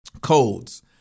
Codes